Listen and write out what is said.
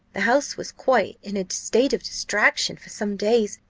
the house was quite in a state of distraction for some days.